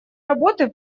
работы